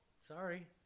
sorry